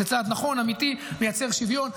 זה צעד נכון, אמיתי, מייצר שוויון.